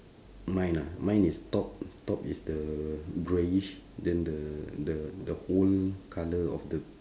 mine ah mine is top top is the greyish then the the whole colour of the